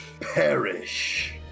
Perish